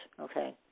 okay